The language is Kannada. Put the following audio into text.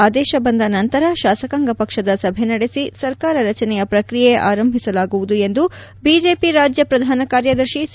ಆದೇಶ ಬಂದ ನಂತರ ಶಾಸಕಾಂಗ ಪಕ್ಷದ ಸಭೆ ನಡೆಸಿ ಸರ್ಕಾರ ರಚನೆಯ ಪ್ರಕ್ರಿಯೆ ಆರಂಭಿಸಲಾಗುವುದು ಎಂದು ಬಿಜೆಪಿ ರಾಜ್ಯ ಶ್ರಧಾನ ಕಾರ್ಯದರ್ಶಿ ಸಿ